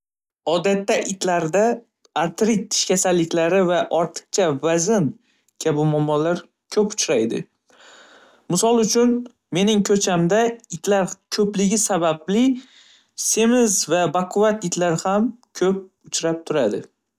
Odatda, itlarda artrit, tish kasalliklari va ortiqcha vazn kabi muammolar ko'p uchraydi. Misol uchun mening ko'chamda itlar ko'pligi sababli semiz va baquvat itlar ham ko'p uchrab turadi.